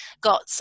got